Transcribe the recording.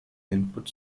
input